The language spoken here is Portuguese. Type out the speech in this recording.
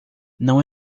não